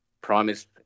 promised